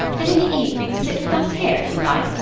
and in the evening sit with us here, if you like,